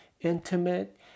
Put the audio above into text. intimate